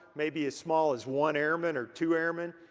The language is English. maybe as small as one airmen or two airmen.